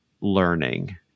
learning